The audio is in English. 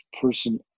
person